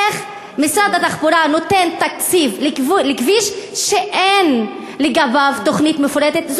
איך משרד התחבורה נותן תקציב לכביש שאין לגביו תוכנית מפורטת?